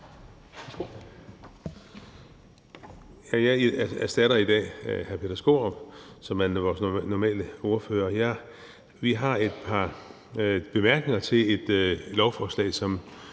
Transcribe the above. Jeg erstatter i dag hr. Peter Skaarup, som normalt er vores ordfører. Vi har et par bemærkninger til et lovforslag, som